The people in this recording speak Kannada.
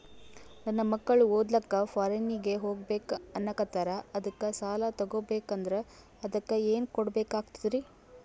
ನನ್ನ ಮಕ್ಕಳು ಓದ್ಲಕ್ಕ ಫಾರಿನ್ನಿಗೆ ಹೋಗ್ಬಕ ಅನ್ನಕತ್ತರ, ಅದಕ್ಕ ಸಾಲ ತೊಗೊಬಕಂದ್ರ ಅದಕ್ಕ ಏನ್ ಕೊಡಬೇಕಾಗ್ತದ್ರಿ?